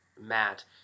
Matt